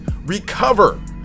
recover